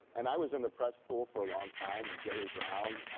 and i was in the press pool for a long time and jerry brown,